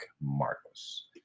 Marcos